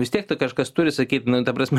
vis tiek tai kažkas turi sakyt nu ta prasme